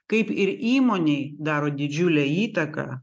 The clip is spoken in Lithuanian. kaip ir įmonei daro didžiulę įtaką